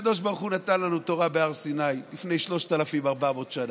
הקדוש ברוך הוא נתן לנו תורה בהר סיני לפני 3,400 שנה,